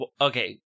Okay